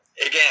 again